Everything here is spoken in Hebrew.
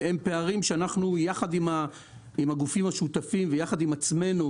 יחד עם הגופים השותפים ויחד עם עצמנו,